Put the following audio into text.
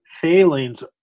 failings